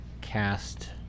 cast